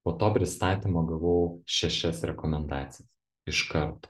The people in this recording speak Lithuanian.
po to pristatymo gavau šešias rekomendacijas iš karto